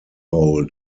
power